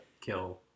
kill